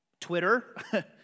Twitter